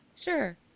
Sure